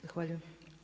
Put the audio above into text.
Zahvaljujem.